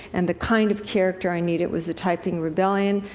and the kind of character i needed was the taiping rebellion,